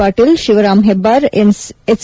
Patil Shivaram Hebbar S